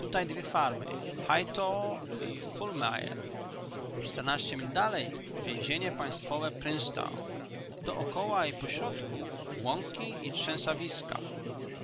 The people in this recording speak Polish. tutaj dwie formy high tore i fulmire o czternaście mil dalej więzienie państwowe princetown dokoła i pośrodku łąki i trzęsawiska